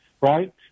right